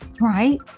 right